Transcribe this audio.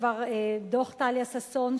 כבר דוח טליה ששון,